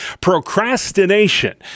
procrastination